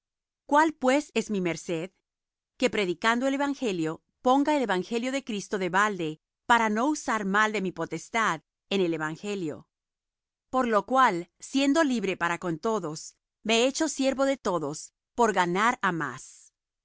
cuál pues es mi merced que predicando el evangelio ponga el evangelio de cristo de balde para no usar mal de mi potestad en el evangelio por lo cual siendo libre para con todos me he hecho siervo de todos por ganar á más